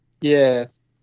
yes